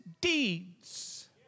deeds